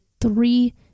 three